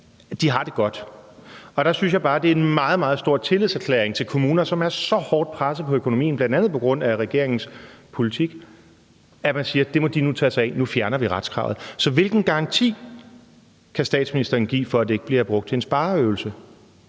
har det godt? Og der synes jeg bare, det er en meget, meget stor tillidserklæring til kommuner, som er så hårdt pressede på økonomien, bl.a. på grund af regeringens politik, at man siger: Det må de nu tage sig af; nu fjerner vi retskravet. Så hvilken garanti kan statsministeren give for, at det ikke bliver brugt til en spareøvelse?